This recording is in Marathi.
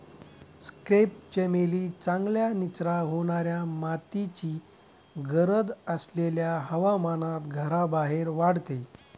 क्रेप चमेली चांगल्या निचरा होणाऱ्या मातीची गरज असलेल्या हवामानात घराबाहेर वाढते